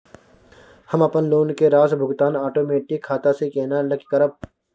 हम अपन लोन के राशि भुगतान ओटोमेटिक खाता से केना लिंक करब?